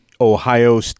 Ohio